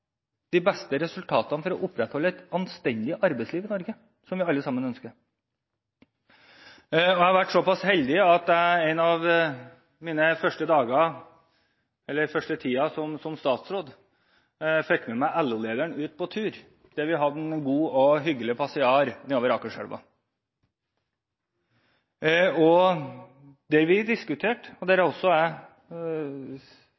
de beste resultatene for å opprettholde et anstendig arbeidsliv i Norge, som vi alle sammen ønsker. Jeg har vært så heldig at jeg den første tiden som statsråd, fikk med meg LO-lederen ut på tur, og vi hadde en god og hyggelig passiar nedover langs Akerselva. Det vi diskuterte, var – og